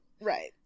right